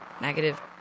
Negative